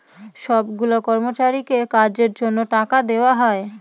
সব গুলা কর্মচারীকে কাজের জন্য টাকা দেওয়া হয়